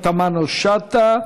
חברת הכנסת פנינה תמנו-שטה,